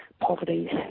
poverty